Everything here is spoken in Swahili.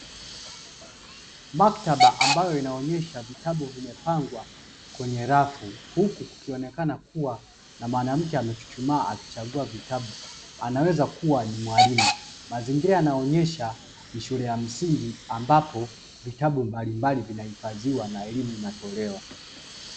Maktaba ambayo inaonyesha vitabu vimepangwa kwenye rafu, huku kukionekana kuwa na mwanamke amechuchumaa akichagua vitabu anaweza kuwa ni mwalimu, mazingira yanaonyesha ni shule ya msingi ambapo vitabu mbalimbali vinahifadhiwa na elimu inatolewa.